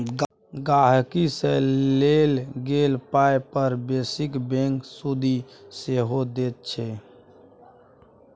गांहिकी सँ लेल गेल पाइ पर सेबिंग बैंक सुदि सेहो दैत छै